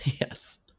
Yes